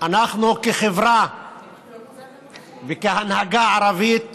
אנחנו כחברה וכהנהגה ערבית